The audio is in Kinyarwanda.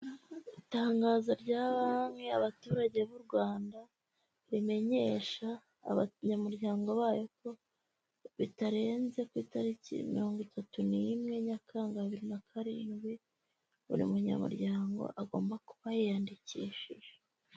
Itangazo rya banki y'abaturage b'u Rwanda, rimenyesha abanyamuryango bayo ko bitarenze ku itariki mirongo itatu n'imwe Nyakanga bibiri na karindwi, buri munyamuryango agomba kuba yiyandikishije.